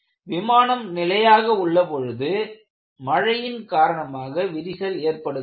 விமானம் நிலையாக உள்ள பொழுது மழையின் காரணமாக விரிசல் ஏற்படுகிறது